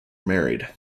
married